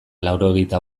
laurogeita